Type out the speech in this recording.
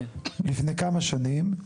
לפני כמה שנים?